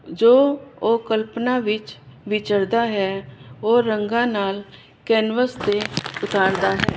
ਜੋ ਉਹ ਕਲਪਨਾ ਵਿੱਚ ਵਿਚਰਦਾ ਹੈ ਉਹ ਰੰਗਾਂ ਨਾਲ ਕੈਨਵਸ ਤੇ ਉਤਾਰਦਾ ਹੈ